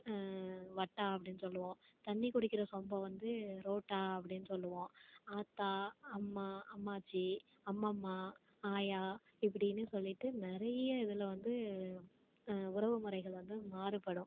வட்டா அப்படினு சொல்லுவோம் தண்ணி குடிக்கிற சொம்பை வந்து ரோட்டா அப்படினு சொல்வோம் ஆத்தா அம்மா அம்மாச்சி அம்மம்மா ஆயா இப்டின்னு சொல்லிட்டு நிறைய இதில் வந்து உறவு முறைகள் வந்து மாறுபடும்